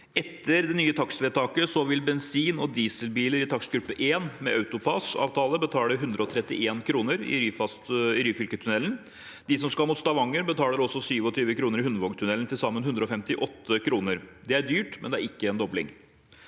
Etter det nye takstvedtaket vil de med bensin- eller dieselbiler i takstgruppe 1 med AutoPASS-avtale betale 131 kr i Ryfylketunnelen. De som skal mot Stavanger, betaler også 27 kr i Hundvågtunnelen – til sammen 158 kr. Det er dyrt, men det er ikke en dobling.